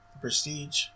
Prestige